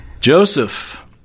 Joseph